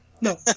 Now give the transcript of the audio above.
no